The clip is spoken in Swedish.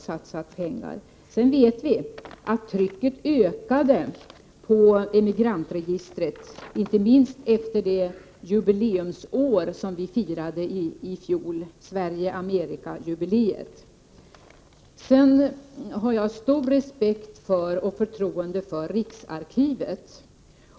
Vi vet att trycket ökade på Emigrantregistret, inte minst efter det jubileumsår vi firade i fjol, Sverige— Amerika-jubiléet. Jag har stor respekt och stort förtroende för riksarkivet.